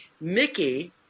Mickey